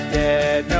dead